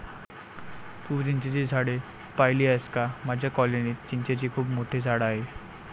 तू चिंचेची झाडे पाहिली आहेस का माझ्या कॉलनीत चिंचेचे खूप मोठे झाड आहे